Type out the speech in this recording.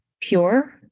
pure